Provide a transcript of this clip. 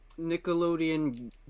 Nickelodeon